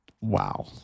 Wow